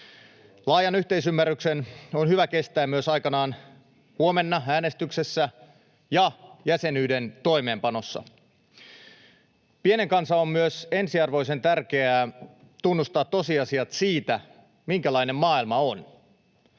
Laajan yhteisymmärryksen on hyvä kestää myös aikanaan huomenna äänestyksessä ja jäsenyyden toimeenpanossa. Pienen kansan on myös ensiarvoisen tärkeää tunnustaa tosiasiat siitä, minkälainen maailma on.